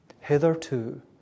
hitherto